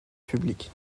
public